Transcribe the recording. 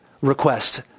request